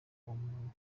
umuntu